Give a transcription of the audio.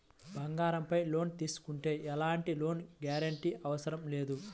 బంగారంపై లోను తీసుకుంటే ఎలాంటి లోను గ్యారంటీ అవసరం లేదు